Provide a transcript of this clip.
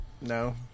No